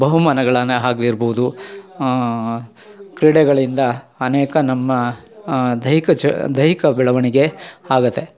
ಬಹುಮಾನಗಳನ್ನೇ ಆಗಿರ್ಬೌದು ಕ್ರೀಡೆಗಳಿಂದ ಅನೇಕ ನಮ್ಮ ದೈಹಿಕ ಚ ದೈಹಿಕ ಬೆಳವಣಿಗೆ ಆಗುತ್ತೆ